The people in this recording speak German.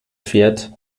fährt